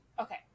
Okay